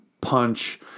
punch